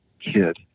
kid